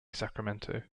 sacramento